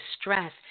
stress